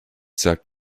sagt